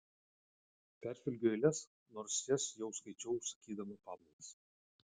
peržvelgiu eiles nors jas jau skaičiau užsakydama pamaldas